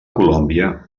colòmbia